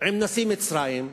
עם נשיא מצרים,